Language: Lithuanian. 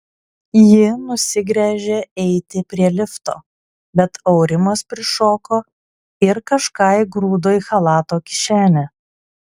ji nusigręžė eiti prie lifto bet aurimas prišoko ir kažką įgrūdo į chalato kišenę